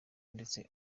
ndetse